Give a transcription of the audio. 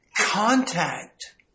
contact